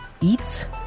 eat